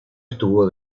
estuvo